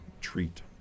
treat